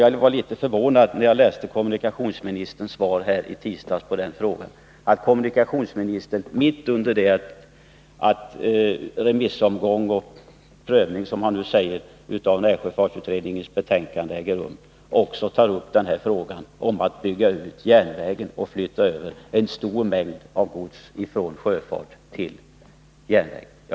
Jag blev litet förvånad när jag läste kommunikationsministerns frågesvar i tisdags, då kommunikationsministern mitt under det att remissomgång och prövning — som han nu säger — av närsjöfartsutredningens betänkande äger rum också tog upp frågan om utbyggnad av järnvägen och överflyttning av en stor mängd gods från sjöfart till järnväg.